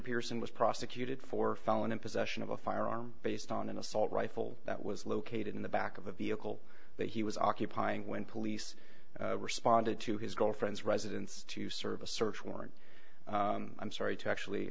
pierson was prosecuted for felon in possession of a firearm based on an assault rifle that was located in the back of a vehicle that he was occupying when police responded to his girlfriend's residence to serve a search warrant i'm sorry to actually